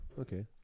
okay